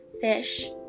fish